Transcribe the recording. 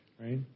Right